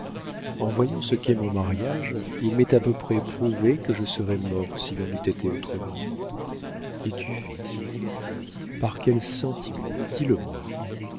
en voyant ce qu'est mon mariage il m'est à peu près prouvé que je serais morte s'il en eût été autrement et tu vis par quel sentiment dis-le-moi